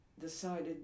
decided